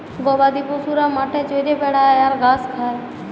গবাদি পশুরা মাঠে চরে বেড়ায় আর ঘাঁস খায়